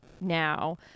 now